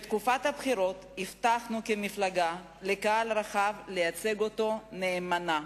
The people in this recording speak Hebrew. בתקופת הבחירות הבטחנו כמפלגה לקהל רחב לייצג אותו נאמנה.